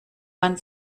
man